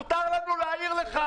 מותר לנו להעיר לך,